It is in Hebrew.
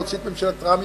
להוציא את ממשלת רבין,